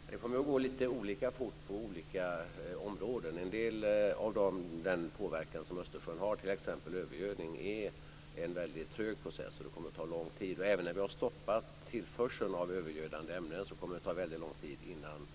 Fru talman! Det kommer att gå lite olika fort på olika områden. En del av den påverkan som Östersjön har, t.ex. övergödning, är en väldigt trög process, och det kommer att ta lång tid. Och även när vi har stoppat tillförseln av övergödande ämnen kommer det att ta väldigt lång tid innan